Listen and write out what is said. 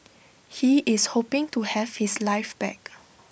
he is hoping to have his life back